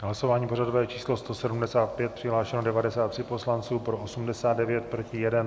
Hlasování pořadové číslo 175, přihlášeno 93 poslanců, pro 89, proti jeden.